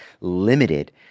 limited